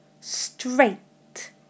straight